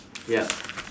yup